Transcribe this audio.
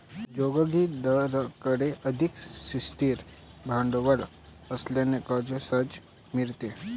जोगिंदरकडे अधिक स्थिर भांडवल असल्याने कर्ज सहज मिळते